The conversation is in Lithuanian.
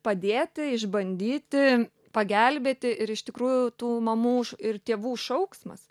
padėti išbandyti pagelbėti ir iš tikrųjų tų mamų ir tėvų šauksmas